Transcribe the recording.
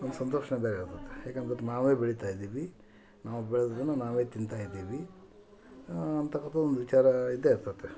ಒಂದು ಸಂತೋಷನೇ ಬೇರೆ ಇರ್ತದೆ ಯಾಕಂದ್ರೆ ಅದು ನಾವೇ ಬೆಳೀತಾಯಿದೀವಿ ನಾವು ಬೆಳೆದದ್ದನ್ನ ನಾವೇ ತಿಂತಾಯಿದೀವಿ ಅಂಥಕಂಥ ಒಂದು ವಿಚಾರ ಇದ್ದೇ ಇರ್ತದೆ